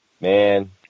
man